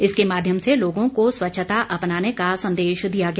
इसके माध्यम से लोगों को स्वच्छता अपनाने का संदेश दिया गया